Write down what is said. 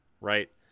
right